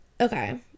okay